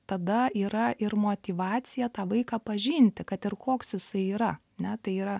tada yra ir motyvacija tą vaiką pažinti kad ir koks jisai yra ne tai yra